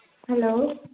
hello